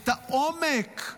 את העומק,